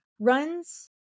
runs